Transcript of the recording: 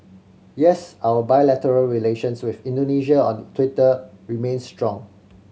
yes our bilateral relations with Indonesia on Twitter remains strong